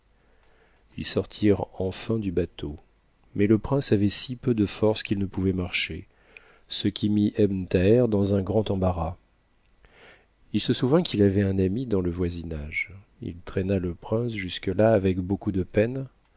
us sortirent enfin du bateau mais e prince avait si peu de forces qu'il ne pouvait marcher ce qui mit ebn thaher dans un grand embarras il se souvint qu'il avait un ami dans le voisinage il traîna le prince jusque là avec beaucoup de peine